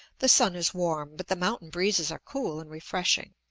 the sun is warm, but the mountain-breezes are cool and refreshing.